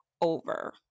over